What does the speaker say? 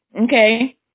Okay